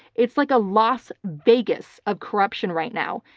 it's like a las vegas of corruption right now.